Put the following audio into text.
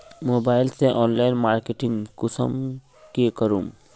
Mobile से online marketing कुंसम के करूम?